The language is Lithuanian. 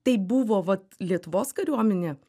tai buvo vat lietuvos kariuomenė